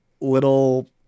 little